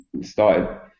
started